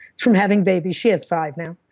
from having babies. she has five now.